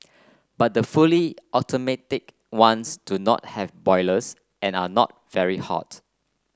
but the fully automatic ones do not have boilers and are not very hot